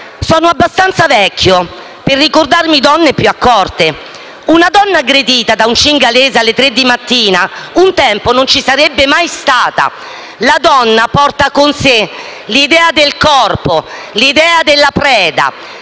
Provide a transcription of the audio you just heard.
«Sono abbastanza vecchio per ricordarmi donne più accorte. Una donna aggredita da un cingalese alle 3 di mattina un tempo non ci sarebbe mai stata. La donna porta con sé l'idea del corpo, l'idea della preda.